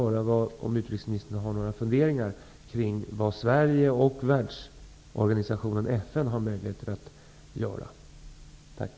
Har utrikesministern några funderingar kring vad Sverige och världsorganisationen FN har för möjligheter till att göra någonting?